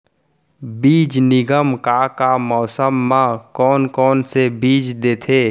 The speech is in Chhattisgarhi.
बीज निगम का का मौसम मा, कौन कौन से बीज देथे?